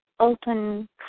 Open